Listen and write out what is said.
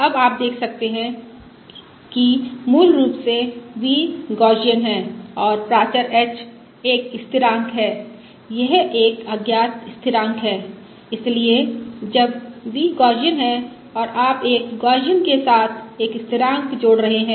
अब आप देख सकते हैं कि मूल रूप से v गौसियन है और प्राचर h एक स्थिरांक है यह एक अज्ञात स्थिरांक है इसलिए जब v गौसियन है और आप एक गौसियन के साथ एक स्थिरांक जोड़ रहे हैं